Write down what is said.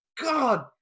god